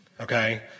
okay